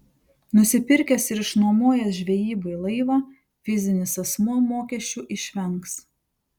nusipirkęs ir išnuomojęs žvejybai laivą fizinis asmuo mokesčių išvengs